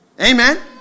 Amen